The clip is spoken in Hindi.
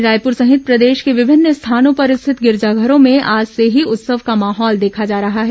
राजधानी रायपुर सहित प्रदेश के विभिन्न स्थानों पर स्थित गिरिजाघरों में आज से ही उत्सव का माहौल देखा जा रहा है